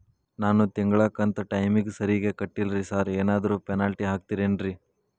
ನಾನು ತಿಂಗ್ಳ ಕಂತ್ ಟೈಮಿಗ್ ಸರಿಗೆ ಕಟ್ಟಿಲ್ರಿ ಸಾರ್ ಏನಾದ್ರು ಪೆನಾಲ್ಟಿ ಹಾಕ್ತಿರೆನ್ರಿ?